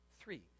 three